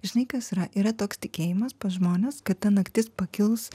žinai kas yra yra toks tikėjimas pas žmones kad ta naktis pakils